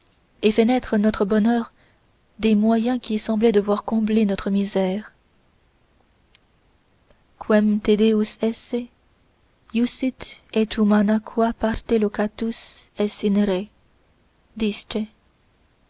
et fait naître notre bonheur des moyens qui semblaient devoir combler notre misère quem